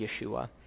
Yeshua